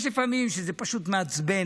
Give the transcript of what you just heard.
יש פעמים שזה פשוט מעצבן,